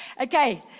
okay